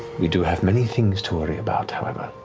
we do have many things to worry about, however,